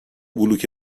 بلوک